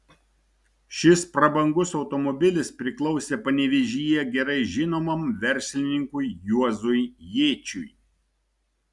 šis prabangus automobilis priklausė panevėžyje gerai žinomam verslininkui juozui jėčiui